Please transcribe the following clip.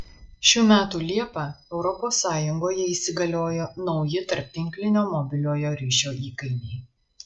šių metų liepą europos sąjungoje įsigaliojo nauji tarptinklinio mobiliojo ryšio įkainiai